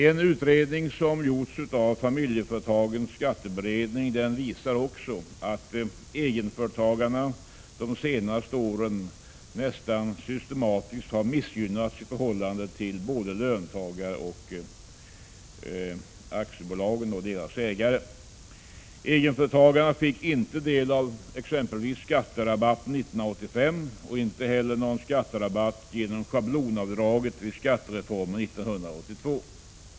En utredning som gjorts av Familjeföretagens skatteberedning visar också att egenföretagarna de senaste åren nästan systematiskt har missgynnats i förhållande till både löntagare och aktiebolagen och deras ägare. Egenföretagarna fick exempelvis inte del av skatterabatten 1985 och inte heller någon skatterabatt genom schablonavdraget vid skattereformen 1982.